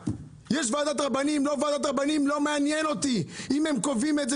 לא מעננן אותי אם יש או אין ועדת רבנים.